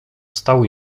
stał